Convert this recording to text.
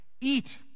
Eat